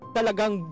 Talagang